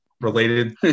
related